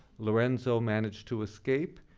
lorenzo managed to escape,